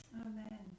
Amen